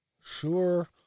sure